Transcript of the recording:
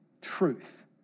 truth